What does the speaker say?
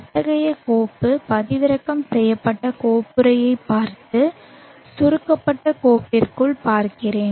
அத்தகைய கோப்பு பதிவிறக்கம் செய்யப்பட்ட கோப்புறையைப் பார்த்து சுருக்கப்பட்ட கோப்பிற்குள் பார்க்கிறேன்